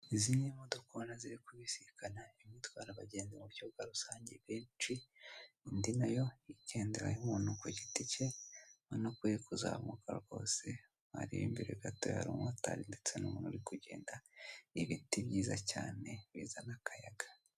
Izi ni imodoka ubona ziri ku bisikana imwe itwara abagenzi ku buryo bwa rusange benshi , indi nayo ingenderamo umuntu ku giti cye urabona ko ziri kuzamuka rwose wareba imbere gato hari umumotari ndetse n'umuntu uri kugenda n'ibiti byiza bizana akayaga.